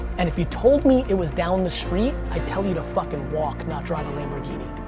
and if you told me it was down the street, i'd tell you to fucking walk not drive a lamborghini.